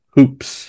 hoops